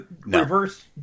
reverse